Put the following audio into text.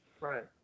right